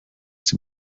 sie